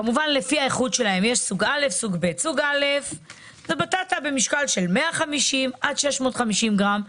כמובן לפי האיכות שלה: סוג א' בטטה במשקל של 150 עד 650 גרם.